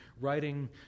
writing